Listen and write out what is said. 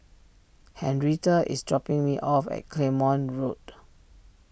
Henrietta is dropping me off at Claymore Road